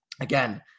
again